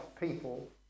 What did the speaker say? people